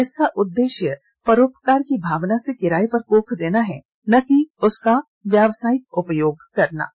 इसका उद्देश्य परोपकार की भावना से किराए पर कोख देना है न कि उसका व्यावसायिक उपयोग करना है